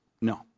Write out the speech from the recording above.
No